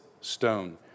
stone